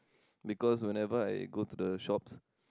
because whenever I go to the shops